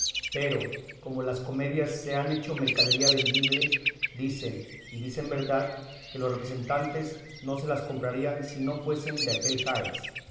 pero como las comedias se han hecho mercadería vendible dicen y dicen verdad que los representantes no se las comprarían si no fuesen de aquel jaez